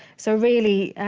so really,